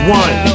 one